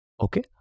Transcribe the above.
Okay